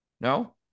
no